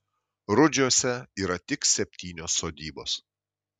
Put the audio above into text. rudžiuose yra tik septynios sodybos